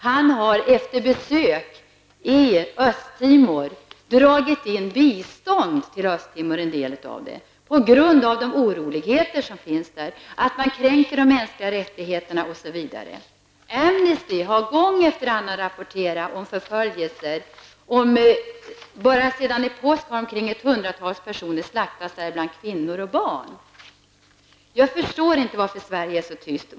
Han har efter sitt besök i Östtimor dragit in en del av biståndet till Östtimor på grund av de oroligheter som där finns och på grund av att mänskliga rättigheter kränks. Amnesty International har gång efter annan rapporterat om förföljelser. Bara sedan i påsk har hundratals personer slaktats, däribland kvinnor och barn. Jag förstår inte varför Sverige är så tyst.